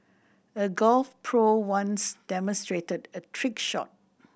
a golf pro once demonstrated a trick shot